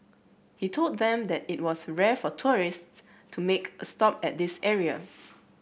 he told them that it was rare for tourists to make a stop at this area